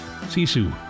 Sisu